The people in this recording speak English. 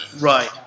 right